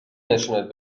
نشونت